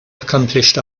accomplished